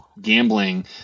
gambling